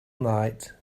night